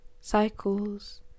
cycles